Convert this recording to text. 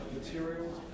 materials